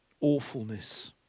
awfulness